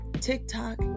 TikTok